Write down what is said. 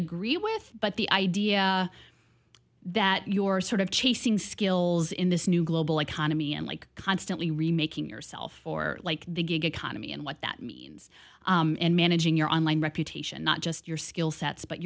with but the idea that your sort of chasing skills in this new global economy and like constantly remaking yourself or like the gig economy and what that means and managing your online reputation not just your skill sets but